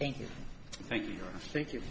thank you thank you thank you